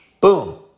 boom